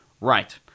Right